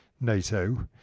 NATO